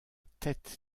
tête